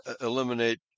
eliminate